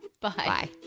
Bye